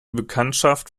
bekanntschaft